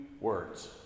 words